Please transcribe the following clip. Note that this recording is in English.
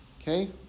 Okay